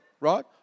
right